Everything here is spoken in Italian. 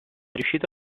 riuscito